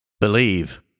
Believe